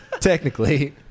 Technically